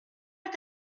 est